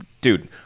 dude